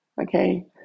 okay